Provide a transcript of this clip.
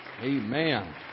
Amen